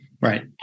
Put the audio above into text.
right